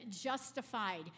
justified